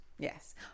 Yes